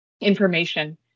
information